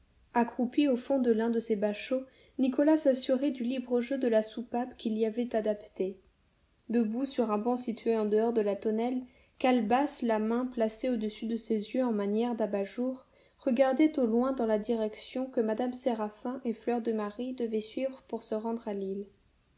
accroupi au fond de l'un de ces bachots nicolas s'assurait du libre jeu de la soupape qu'il y avait adaptée debout sur un banc situé en dehors de la tonnelle calebasse la main placée au-dessus de ses yeux en manière dabat jour regardait au loin dans la direction que mme séraphin et fleur de marie devaient suivre pour se rendre à l'île